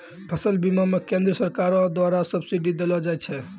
फसल बीमा मे केंद्रीय सरकारो द्वारा सब्सिडी देलो जाय छै